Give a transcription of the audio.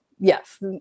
Yes